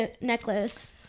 necklace